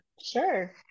Sure